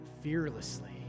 fearlessly